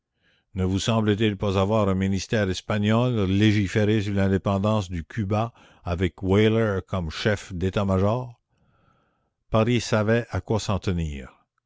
ne vous semble-t-il pas voir un ministère espagnol légiférer sur l'indépendance de cuba avec weyler comme chef d'étatmajor paris savait à quoi s'en tenir